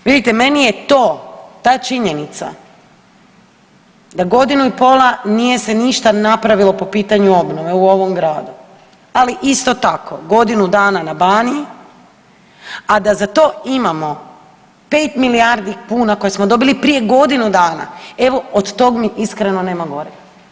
Vidite meni je to ta činjenica da godinu i pola nije se ništa napravilo po pitanju obnove u ovom gradu, ali isto tako godinu dana na Baniji a da za to imamo 5 milijardi kuna koje smo dobili prije godinu dana, evo od tog mi iskreno nema gorega.